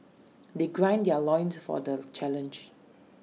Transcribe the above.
they gird their loins for the challenge